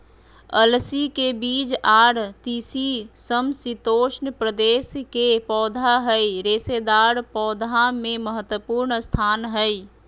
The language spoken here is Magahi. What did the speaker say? अलसी के बीज आर तीसी समशितोष्ण प्रदेश के पौधा हई रेशेदार पौधा मे महत्वपूर्ण स्थान हई